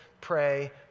pray